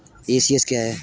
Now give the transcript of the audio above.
ECS क्या है?